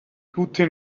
gute